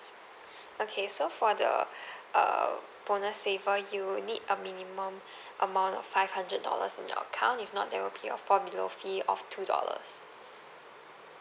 okay so for the err bonus saver you'll need a minimum amount of five hundred dollars in your account if not there will be a fall below fee of two dollars